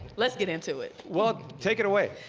let's get into it. well, take it away.